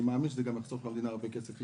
אני מאמין שזה גם יחסוך הרבה מאוד כסף.